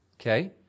okay